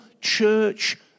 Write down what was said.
church